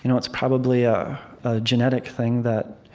you know it's probably a genetic thing, that